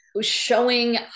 showing